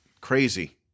crazy